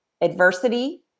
Adversity